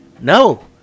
No